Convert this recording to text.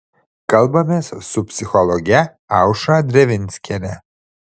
kalbamės su psichologe aušra drevinskiene